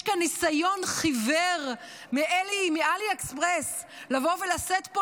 יש כאן ניסיון חיוור מעלי אקספרס לבוא ולשאת פה